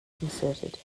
concerted